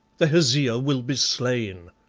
the hesea will be slain.